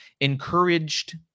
encouraged